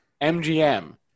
MGM